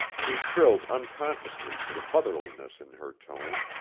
he thrilled unconsciously to the motherliness in her tone.